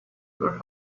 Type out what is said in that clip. where